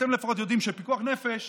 אתם לפחות יודעים שפיקוח נפש